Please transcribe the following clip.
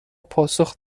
پاسخ